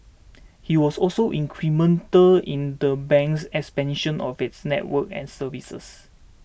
he was also incremental in the bank's expansion of its network and services